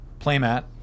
playmat